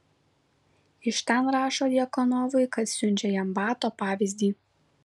iš ten rašo djakonovui kad siunčia jam bato pavyzdį